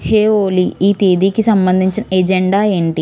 హే Ollie ఈ తేదీకి సంబంధించిన ఎజెండా ఏంటి